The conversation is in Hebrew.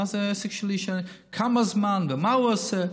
מה זה העסק שלי כמה זמן ומה הוא עושה?